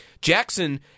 Jackson